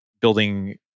building